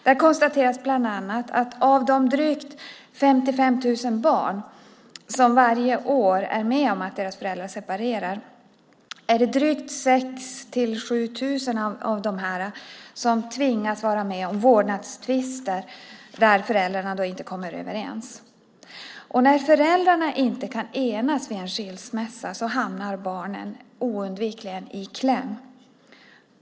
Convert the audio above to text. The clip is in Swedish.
Där konstateras bland annat att av de drygt 55 000 barn som varje år är med om att deras föräldrar separerar är det 6 000-7 000 som tvingas vara med om vårdnadstvister där föräldrarna inte kommer överens. När föräldrarna inte kan enas vid en skilsmässa hamnar barnen oundvikligen i kläm.